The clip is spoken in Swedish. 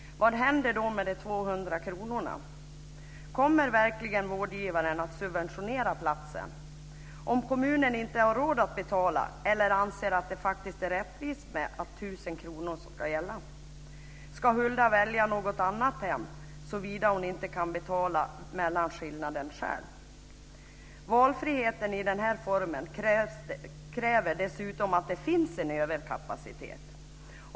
Vad händer då med de 200 kronorna? Kommer verkligen vårdgivaren att subventionera platsen om kommunen inte har råd att betala eller anser att 1 000 kr är rättvist och ska gälla? Ska Hulda välja något annat hem såvida hon inte kan betala mellanskillnaden själv? Valfrihet i denna form kräver dessutom att det finns en överkapacitet.